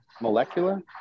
molecular